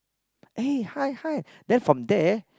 eh hi hi then from there